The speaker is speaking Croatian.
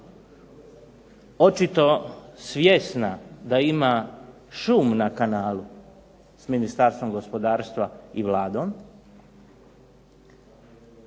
očito svjesna da ima šum na kanalu sa Ministarstvom gospodarstva i Vladom,